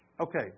okay